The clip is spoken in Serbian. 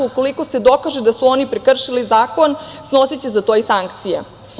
Ukoliko se dokaže da su oni prekršili zakon, snosiće za to i sankcije.